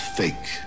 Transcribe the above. fake